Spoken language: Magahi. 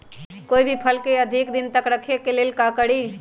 कोई भी फल के अधिक दिन तक रखे के लेल का करी?